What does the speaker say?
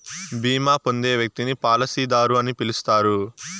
బీమా పొందే వ్యక్తిని పాలసీదారు అని పిలుస్తారు